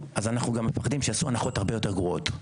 אז אנחנו גם מפחדים שיעשו הנחות הרבה יותר גרועות.